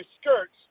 skirts